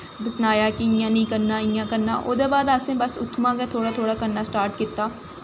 सनाया कि इ'यां निं करना इ'यां करना ओह्दै बाद असें बस उत्थुआं दा गै करना स्टार्ट कीता